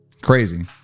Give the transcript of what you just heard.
Crazy